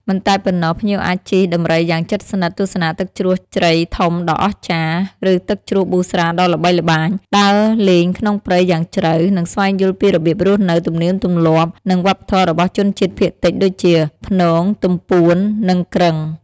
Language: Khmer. មិនតែប៉ុណ្ណោះ ភ្ញៀវអាចជិះដំរីយ៉ាងជិតស្និទ្ធ ទស្សនាទឹកជ្រោះជ្រៃធំដ៏អស្ចារ្យ ឬទឹកជ្រោះប៊ូស្រាដ៏ល្បីល្បាញ ដើរលេងក្នុងព្រៃយ៉ាងជ្រៅ និងស្វែងយល់ពីរបៀបរស់នៅ ទំនៀមទម្លាប់ និងវប្បធម៌របស់ជនជាតិភាគតិចដូចជា ព្នង ទំពួន និងគ្រឹង។